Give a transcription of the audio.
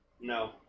No